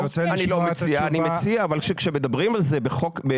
אני לא מציע אבל אני מציע שכאשר מדברים על זה בחוק הנכים,